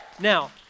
Now